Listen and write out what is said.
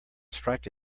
strike